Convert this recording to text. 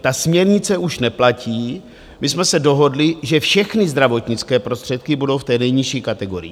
Ta směrnice už neplatí, my jsme se dohodli, že všechny zdravotnické prostředky budou v té nejnižší kategorii.